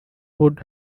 would